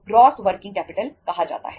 gross working capital कहा जाता है